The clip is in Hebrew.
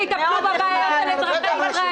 מה דורסני בהקמת ועדות שיטפלו בבעיות של אזרחי ישראל?